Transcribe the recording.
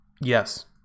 yes